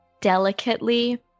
delicately